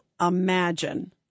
imagine